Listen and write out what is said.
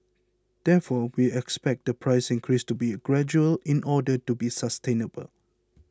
therefore we expect the price increase to be gradual in order to be sustainable